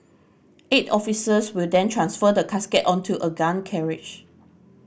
eight officers will then transfer the casket onto a gun carriage